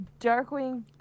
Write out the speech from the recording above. Darkwing